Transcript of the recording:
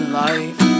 life